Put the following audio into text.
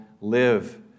live